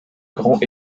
grand